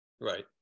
Right